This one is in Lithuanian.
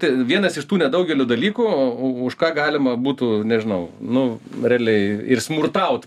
vienas iš tų nedaugelio dalykų už ką galima būtų nežinau nu realiai ir smurtaut